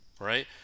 right